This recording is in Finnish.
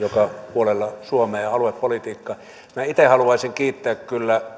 puolella suomea aluepolitiikka minä itse haluaisin kyllä